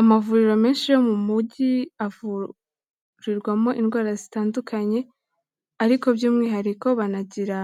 Amavuriro menshi yo mu mugi avurirwamo indwara zitandukanye ariko by'umwihariko banagira